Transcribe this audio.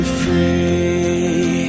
free